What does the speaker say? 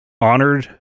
honored